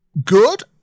Good